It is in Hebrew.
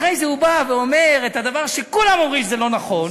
אחרי זה הוא בא ואומר את הדבר שכולם אומרים שזה לא נכון: